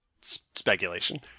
speculation